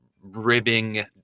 ribbing